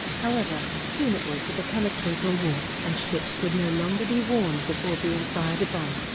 however, soon it was to become a total war and ships would no longer be warned before being fired upon.